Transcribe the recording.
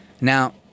Now